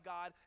God